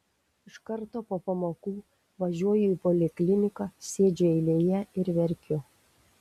iš karto po pamokų važiuoju į polikliniką sėdžiu eilėje ir verkiu